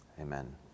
Amen